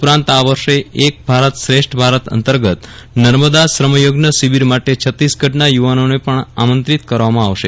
ઉપરાંત આ વર્ષે એક ભારત શ્રેષ્ઠ ભારત અંતર્ગત નર્મદા શ્રમયજ્ઞ શિબિર માટે છત્તીસગઢના યુવાનોને પણ આમંત્રિત કરવામાં આવશે